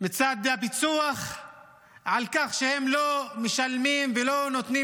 מצד הפיצו"ח על כך שהם לא משלמים ולא נותנים